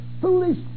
foolish